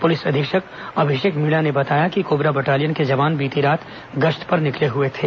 police अधीक्षक अभिषेक मीणा ने बताया कि कोबरा बटालियन के जवान बीती रात गश्त पर निकले हुए थे